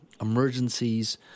emergencies